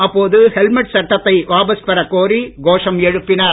அப்போது ஹெல்மட் சட்டத்தை வாபஸ் பெறக் கோரி கோஷம் எழுப்பினர்